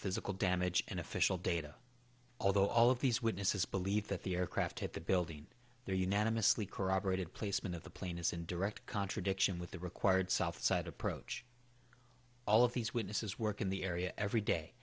physical damage in official data although all of these witnesses believe that the aircraft hit the building their unanimously corroborated placement of the plane is in direct contradiction with the required southside approach all of these witnesses work in the area every day